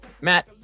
Matt